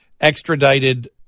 extradited